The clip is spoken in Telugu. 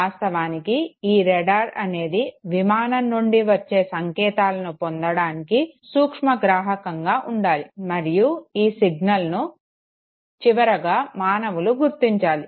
వాస్తవానికి ఈ రాడార్ అనేది విమానం నుండి వచ్చే సంకేతాలను పొందడానికి సూక్ష్మగ్రాహకంగా ఉండాలి మరియు ఈ సిగ్నల్ను చివరగా మానవులు గుర్తించాలి